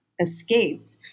escaped